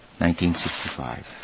1965